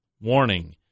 warning